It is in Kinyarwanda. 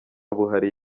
buhari